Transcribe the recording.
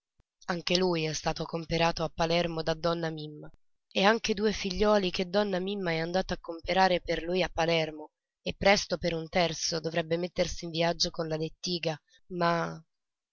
anche lui è stato comperato a palermo da donna mimma e anche due figliuoli donna mimma è andata a comperare per lui a palermo e presto per un terzo dovrebbe mettersi in viaggio con la lettiga ma